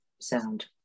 sound